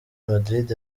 madrid